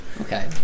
Okay